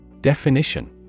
Definition